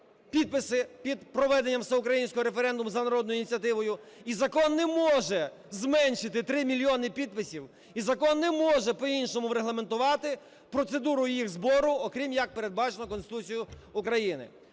підписи під проведенням всеукраїнського референдуму за народною ініціативою, і закон не може зменшити 3 мільйони підписів, і закон не може по-іншому регламентувати процедуру їх збору, окрім як передбачено Конституцією України.